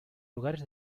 lugares